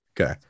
Okay